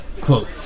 quote